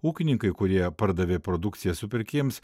ūkininkai kurie pardavė produkciją supirkėjams